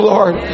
Lord